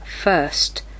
first